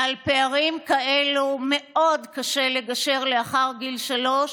על פערים כאלה קשה מאוד לגשר לאחר גיל שלוש,